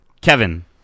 Kevin